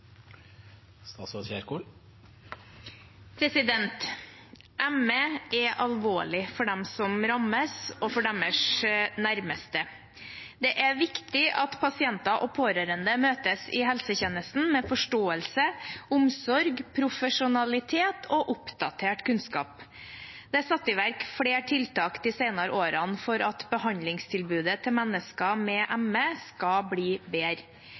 viktig at pasienter og pårørende møtes i helsetjenesten med forståelse, omsorg, profesjonalitet og oppdatert kunnskap. Det er satt i verk flere tiltak de senere årene for at behandlingstilbudet til mennesker med ME skal bli bedre.